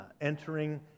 entering